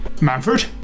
Manfred